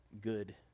good